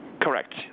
correct